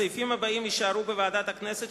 יישאר בוועדת הכנסת,